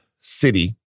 city